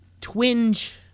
twinge